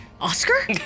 Oscar